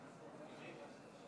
אבקש מחברי הכנסת לשמור על